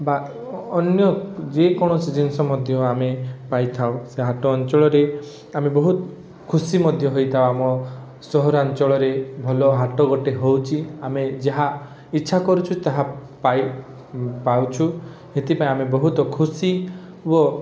ବା ଅନ୍ୟ ଯେକୌଣସି ଜିନିଷ ମଧ୍ୟ ଆମେ ପାଇଥାଉ ସେ ହାଟ ଅଞ୍ଚଳରେ ଆମେ ବହୁତ ଖୁସି ମଧ୍ୟ ହେଇଥାଉ ଆମ ସହରାଞ୍ଚଳରେ ଭଲ ହାଟ ଗୋଟେ ହେଉଛି ଆମେ ଯାହା ଇଚ୍ଛା କରୁଛୁ ତାହା ପାଏ ପାଉଛୁ ସେଥିପାଇଁ ଆମେ ବହୁତ ଖୁସି ଓ